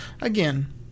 again